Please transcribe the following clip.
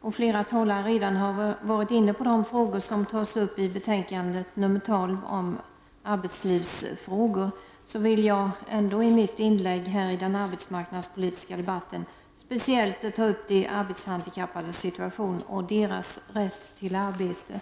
och flera talare redan har varit inne på de frågor som tas upp i betänkande AU12 om arbetslivsfrågor, vill jag ändå i mitt inlägg i den arbetsmarknadspolitiska debatten speciellt ta upp de arbetshandikappades situation och deras rätt till arbete.